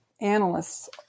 analysts